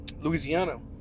Louisiana